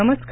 नमस्कार